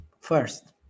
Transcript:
First